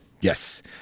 Yes